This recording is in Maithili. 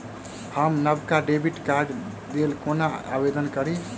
हम नवका डेबिट कार्डक लेल कोना आवेदन करी?